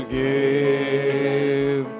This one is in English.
give